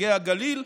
נציגי הגליל,